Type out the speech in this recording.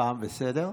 הפעם בסדר?